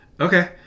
okay